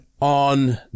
on